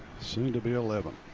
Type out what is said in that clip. soon to be eleven.